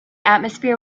atmosphere